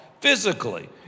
physically